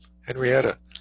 Henrietta